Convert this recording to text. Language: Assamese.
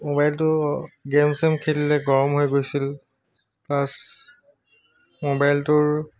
মোবাইলটো গে'ম চেম খেলিলে গৰম হৈ গৈছিল প্লাছ মোবাইলটোৰ